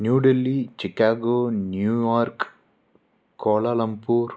New Delhi Chicago New York Kuala Lumpur